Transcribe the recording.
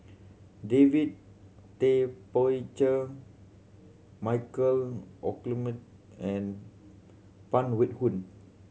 David Tay Poey Cher Michael and Phan Wait Hong